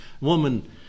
woman